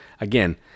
again